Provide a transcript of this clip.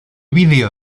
video